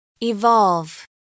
evolve